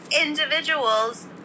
individuals